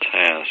task